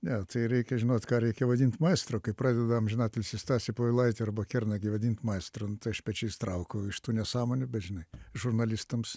ne tai reikia žinot ką reikia vadint maestro kai pradeda amžinatilsį stasį povilaitį arba kernagį vadint maestro aš pečiais traukau iš tų nesąmonių bet žinai žurnalistams